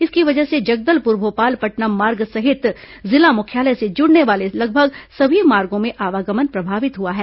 इसकी वजह से जगदलपुर भोपालपटनम मार्ग सहित जिला मुख्यालय से जुड़ने वाले लगभग समी मार्गो में आवागमन प्रभावित हुआ है